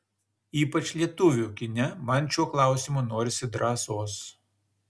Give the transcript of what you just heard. ypač lietuvių kine man šiuo klausimu norisi drąsos